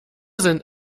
sind